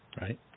right